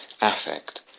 affect